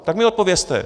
Tak mi odpovězte.